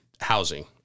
housing